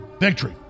victory